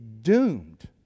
doomed